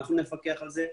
אנחנו נפקח על זה.